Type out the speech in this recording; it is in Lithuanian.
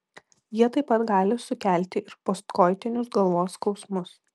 jie taip pat gali sukelti ir postkoitinius galvos skausmus